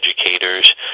educators